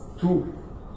two